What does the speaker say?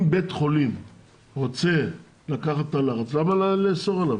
אם בית חולים רוצה לקחת תא לחץ, למה לאסור עליו?